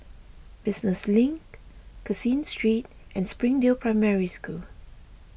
Business Link Caseen Street and Springdale Primary School